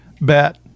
bet